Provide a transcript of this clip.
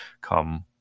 come